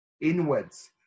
inwards